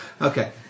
Okay